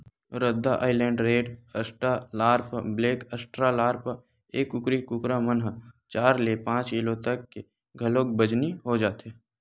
रद्दा island red, australorp, black australorp, ए कुकरी कुकरा मन ह चार ले पांच किलो तक के घलोक बजनी हो जाथे